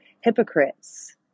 hypocrites